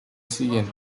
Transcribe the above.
siguiente